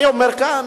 אני אומר כאן,